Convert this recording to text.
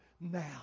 now